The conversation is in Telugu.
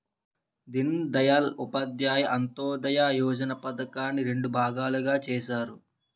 దీన్ దయాల్ ఉపాధ్యాయ అంత్యోదయ యోజన పధకాన్ని రెండు భాగాలుగా చేసారు